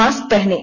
mask पहनें